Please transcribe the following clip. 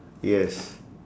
yes